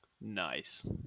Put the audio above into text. Nice